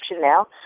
now